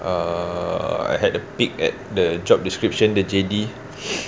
err I had a peek at the job description the J_D